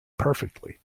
perfectly